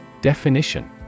Definition